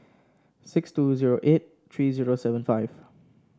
six two zero eight three zero seven five